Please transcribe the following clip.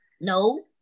No